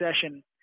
session